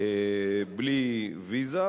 בלי ויזה,